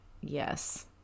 yes